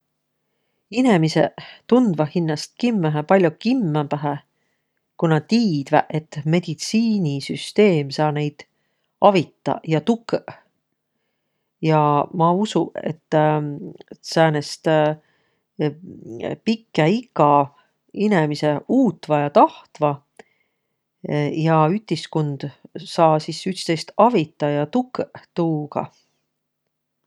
Inemiseq tundvaq hinnäst kimmähe pall'o kimmämbähe, ku nä tiidväq, et meditsiinisüsteem saa näid avitaq ja tukõq. Ja ma usu, et säänest pikkä ika inemiseq uutvaq ja tahtvaq. Ja ütiskund saa sis ütstõist avitaq ja tukõq tuugaq.